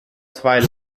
zwei